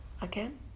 Again